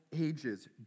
ages